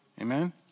Amen